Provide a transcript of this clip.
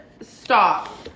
stop